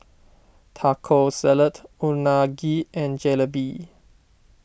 Taco Salad Unagi and Jalebi